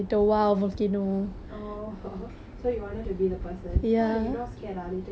oh so you wanted to be the person what if you not scared ah later you die explode and die